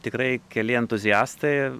tikrai keli entuziastai